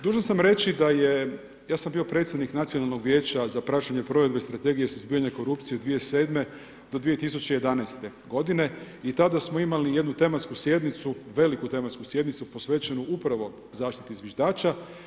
Dužan sam reći da je, ja sam bio predsjednik Nacionalnog vijeća za praćenje provedbe Strategije suzbijanja korupcije od 2007. do 2011. godine i tada smo imali jednu tematsku sjednicu, veliku tematsku sjednicu posvećenu upravo zaštiti zviždača.